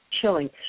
chilling